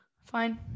Fine